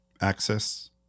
access